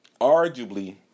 Arguably